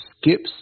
skips